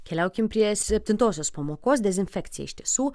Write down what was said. keliaukim prie septintosios pamokos dezinfekcija iš tiesų